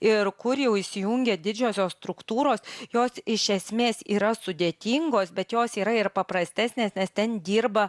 ir kur jau įsijungia didžiosios struktūros jos iš esmės yra sudėtingos bet jos yra ir paprastesnės nes ten dirba